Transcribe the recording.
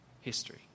history